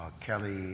Kelly